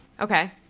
okay